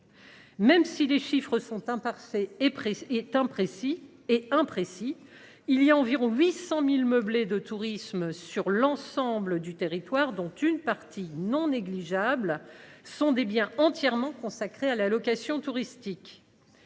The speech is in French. Même si les chiffres sont imparfaits et imprécis, nous estimons à environ 800 000 le nombre de meublés de tourisme sur l’ensemble du territoire, dont une part non négligeable sont des biens entièrement consacrés à la location touristique.